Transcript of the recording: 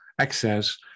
access